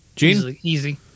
Easy